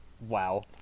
wow